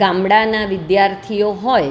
ગામડાના વિધાર્થીઓ હોય